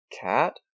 cat